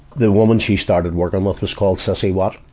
the woman she started working with is called sissy wat